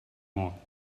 mall